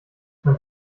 man